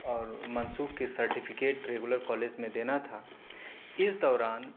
اور منسوخ کے سرٹیفکیٹ ریگولر کالج میں دینا تھا اس دوران